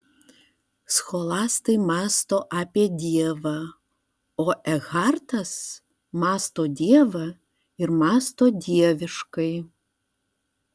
scholastai mąsto apie dievą o ekhartas mąsto dievą ir mąsto dieviškai